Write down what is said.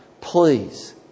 please